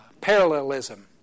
parallelism